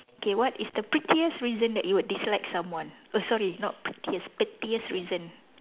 okay what is the prettiest reason that you would dislike someone oh sorry not prettiest reason pettiest reason